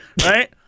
Right